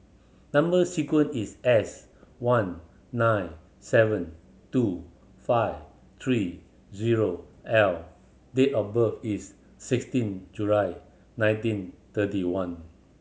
number sequence is S one nine seven two five three zero L date of birth is sixteen July nineteen thirty one